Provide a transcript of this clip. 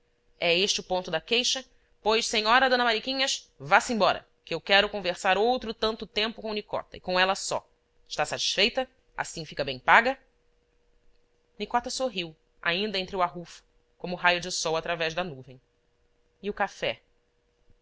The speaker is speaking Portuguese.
é este o ponto da queixa pois senhora d mariquinhas vá-se embora que eu quero conversar outro tanto tempo com nicota e com ela só está satisfeita assim fica bem paga nicota sorriu ainda entre o arrufo como raio de sol através da nuvem e o café